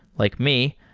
like me,